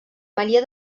maria